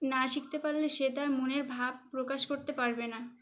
না শিখতে পারলে সে তার মনের ভাব প্রকাশ করতে পারবে না